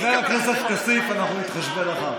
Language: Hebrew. חבר הכנסת כסיף, אנחנו נתחשבן אחר כך.